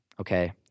Okay